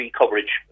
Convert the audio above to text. coverage